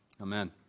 amen